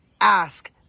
ask